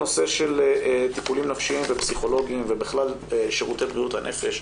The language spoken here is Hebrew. בנושא של טיפולים נפשיים ופסיכולוגיים ובכלל שירותי בריאות הנפש,